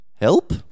Help